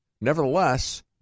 Nevertheless